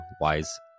Wise